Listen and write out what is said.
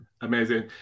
amazing